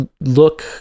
look